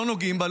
לא נוגעים בה,